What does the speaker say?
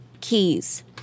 keys